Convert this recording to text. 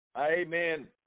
Amen